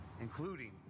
including